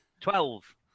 Twelve